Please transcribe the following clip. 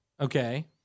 okay